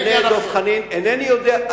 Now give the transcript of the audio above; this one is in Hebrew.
אינני יודע.